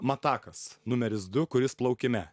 matakas numeris du kuris plaukime